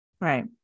Right